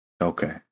Okay